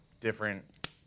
Different